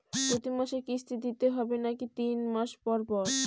প্রতিমাসে কিস্তি দিতে হবে নাকি তিন মাস পর পর?